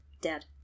dead